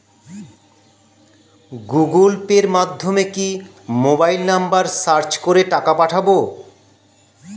Google Pay মাধ্যমে কিভাবে mobile number search করে টাকা পাঠাবো?